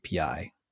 API